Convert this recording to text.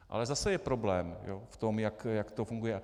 Ale zase je problém v tom, jak to funguje.